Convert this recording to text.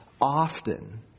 often